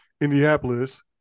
Indianapolis